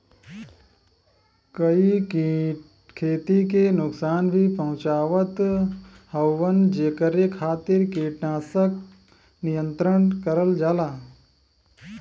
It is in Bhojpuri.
कई कीट खेती के नुकसान भी पहुंचावत हउवन जेकरे खातिर कीटनाशक नियंत्रण करल जाला